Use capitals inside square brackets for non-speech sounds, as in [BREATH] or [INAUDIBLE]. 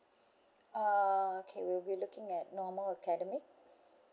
err okay we'll be looking at normal academic [BREATH]